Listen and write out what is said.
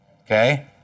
Okay